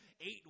eight